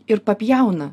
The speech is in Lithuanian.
ir papjauna